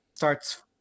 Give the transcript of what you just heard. Starts